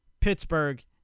Pittsburgh